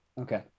okay